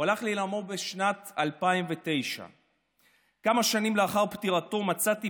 הוא הלך לעולמו בשנת 2009. כמה שנים לאחר פטירתו מצאתי